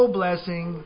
blessing